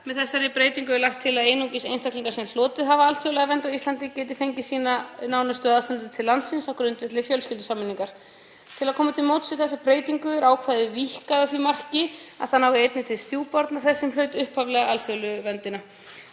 Með þessari breytingu er lagt til að einungis einstaklingar sem hlotið hafa alþjóðlega vernd á Íslandi geti fengið sína nánustu aðstandendur til landsins á grundvelli fjölskyldusameiningar. Til að koma til móts við þessa breytingu er ákvæðið víkkað að því marki að það nái einnig til stjúpbarna þess sem hlaut upphaflega alþjóðlegu verndina.